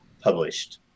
published